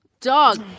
dog